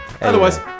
Otherwise